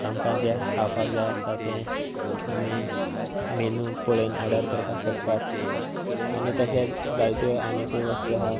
आमकां जे खावपाक जाय आसता तें आमी मेनू पळोवन ऑर्डर करपाक शकतात आनी तशेंच जायत्यो आनिकूय वस्तू आसा